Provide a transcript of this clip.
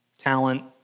talent